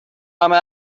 همه